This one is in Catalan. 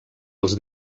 els